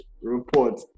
report